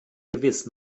gewiss